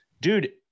dude